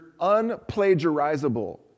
unplagiarizable